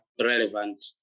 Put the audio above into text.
relevant